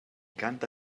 canta